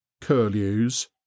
curlews